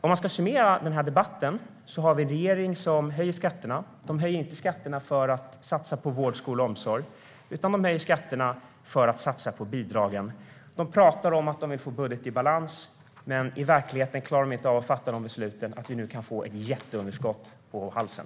Om man ska summera den här debatten kan man säga: Vi har en regering som höjer skatterna. De höjer inte skatterna för att satsa på vård, skola och omsorg, utan de höjer skatterna för att satsa på bidragen. De pratar om att de vill få en budget i balans, men i verkligheten klarar de inte av att fatta de besluten. Vi kan nu få ett jätteunderskott på halsen.